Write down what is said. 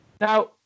now